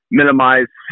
minimize